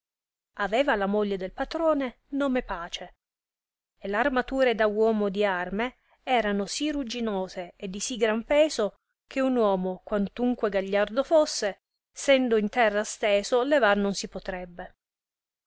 aveva la moglie del patrone nome pace e l armatura da uomo di arme erano si ruginose e di sì gran peso che un uomo quantunque gagliardo fosse sendo in terra steso levar non si potrebbe